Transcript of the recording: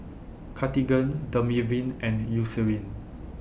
Cartigain Dermaveen and Eucerin